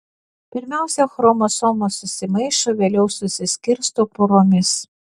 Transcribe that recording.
pirmiausia chromosomos susimaišo vėliau susiskirsto poromis